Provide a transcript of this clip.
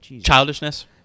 Childishness